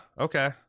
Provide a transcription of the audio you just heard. Okay